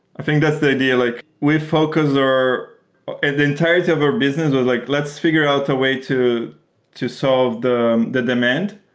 i think that's the idea. like we focus the entirety of our business was like let's figure out a way to to solve the the demand.